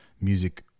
music